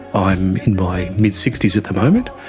i'm in my mid sixty s at the moment.